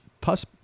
plus